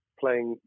playing